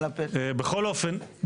בכל אופן,